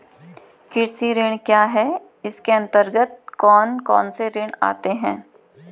कृषि ऋण क्या है इसके अन्तर्गत कौन कौनसे ऋण आते हैं?